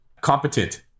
competent